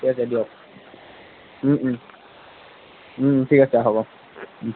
ঠিক আছে দিয়ক ঠিক আছে হ'ব